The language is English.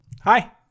Hi